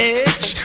edge